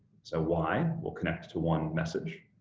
so y will connect to one message,